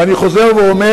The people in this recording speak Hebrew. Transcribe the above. ואני חוזר ואומר,